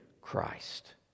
Christ